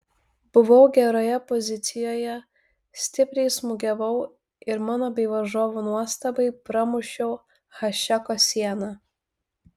buvau geroje pozicijoje stipriai smūgiavau ir mano bei varžovų nuostabai pramušiau hašeko sieną